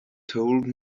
told